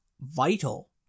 vital